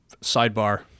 sidebar